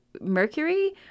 Mercury